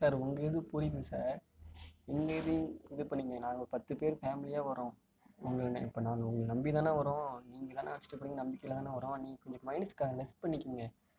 sir உங்கள் இது புரியுது சார் எங்கள் இதையும் இது பண்ணிக்கங்க நாங்கள் பத்து பேர் ஃபேமலியாக வர்றோம் உங்களை இப்போ நான் உங்களை நம்பி தானே வர்றோம் நீங்கள் தானே அழைச்சிட்டு போகிறீங்க நம்பிக்கையில் தானே வர்றோம் நீங்கள் கொஞ்சம் மையினஸ் லெஸ் பண்ணிக்கங்க